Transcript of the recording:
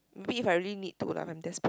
maybe if I really need to lah if I'm desperate